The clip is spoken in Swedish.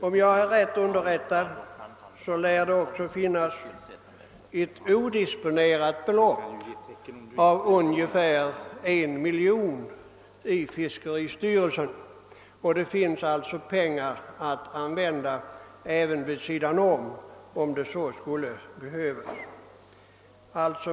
Om jag är riktigt underrättad lär det hos fiskeristyrelsen ligga ett odisponerat belopp på ungefär 1 miljon kronor. Det finns alltså pengar att använda även vid sidan om för den händelse man skulle behöva det.